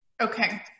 Okay